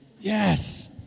Yes